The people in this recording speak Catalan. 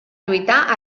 lluitar